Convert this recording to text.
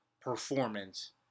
performance